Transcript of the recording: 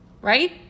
right